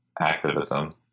activism